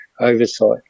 oversight